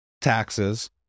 taxes